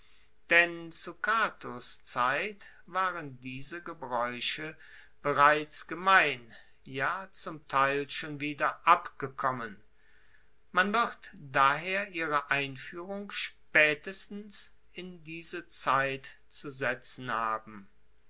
denn zu catos zeit waren diese gebraeuche bereits gemein ja zum teil schon wieder abgekommen man wird daher ihre einfuehrung spaetestens in diese zeit zu setzen haben